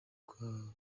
kwa